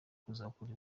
tuzakora